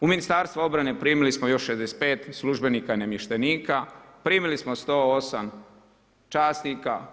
U Ministarstvo obrane primili smo još 65 službenika i namještenika, primili smo 108 časnika.